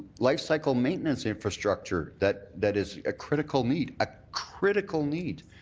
life cycle maintenance infrastructure that that is a critical need, a critical need.